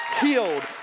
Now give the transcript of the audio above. healed